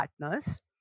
partners